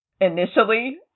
initially